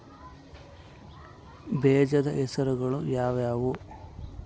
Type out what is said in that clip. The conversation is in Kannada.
ಬೇಜದ ಹೆಸರುಗಳು ಯಾವ್ಯಾವು?